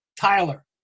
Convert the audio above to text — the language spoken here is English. Tyler